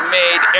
made